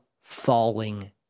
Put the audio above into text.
falling